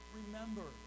remember